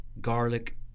garlic